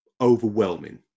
overwhelming